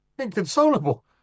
inconsolable